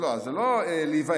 אבל זה לא להיוועץ.